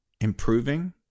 Improving